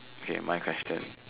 okay my question